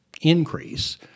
increase